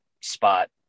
spot